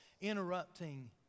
interrupting